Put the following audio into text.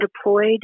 deployed